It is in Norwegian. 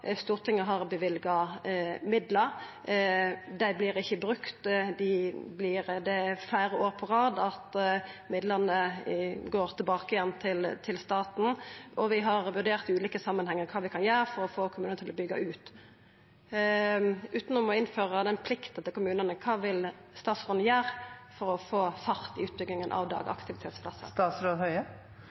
Stortinget har løyvd midlar, men dei vert ikkje brukte. Det er fleire år på rad at midlane går tilbake igjen til staten. Vi har vurdert i ulike samanhengar kva vi kan gjera for å få kommunane til å byggja ut. Utanom å innføra den plikta til kommunane, kva vil statsråden gjera for å få fart i utbygginga av